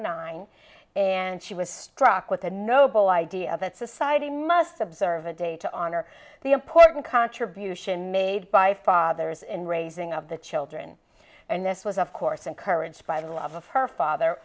nine and she was struck with the noble idea that society must observe a day to honor the important contribution made by fathers in raising of the children and this was of course encouraged by the love of her father